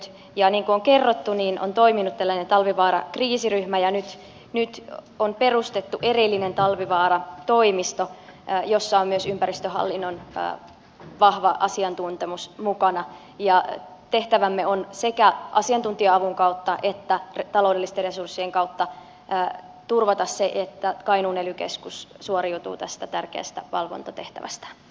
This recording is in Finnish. niin kuin on kerrottu on toiminut tällainen talvivaara kriisiryhmä ja nyt on perustettu erillinen talvivaara toimisto jossa on myös ympäristöhallinnon vahva asiantuntemus mukana ja tehtävämme on sekä asiantuntija avun kautta että taloudellisten resurssien kautta turvata se että kainuun ely keskus suoriutuu tästä tärkeästä valvontatehtävästään